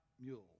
mule